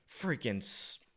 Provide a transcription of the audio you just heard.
freaking